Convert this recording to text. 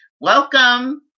Welcome